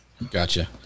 Gotcha